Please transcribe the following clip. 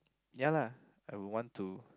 ya lah I would want to